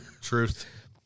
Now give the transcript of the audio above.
Truth